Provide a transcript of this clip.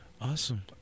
Awesome